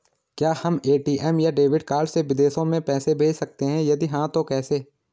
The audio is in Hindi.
क्या हम ए.टी.एम या डेबिट कार्ड से विदेशों में पैसे भेज सकते हैं यदि हाँ तो कैसे?